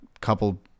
couple